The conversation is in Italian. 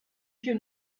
più